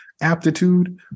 Aptitude